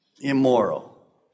immoral